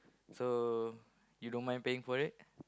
so you don't mind paying for it